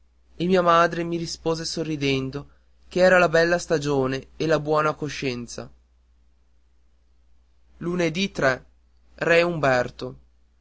mattina e mia madre mi rispose sorridendo che era la bella stagione e la buona coscienza re umberto